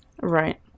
Right